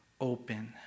open